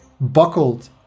buckled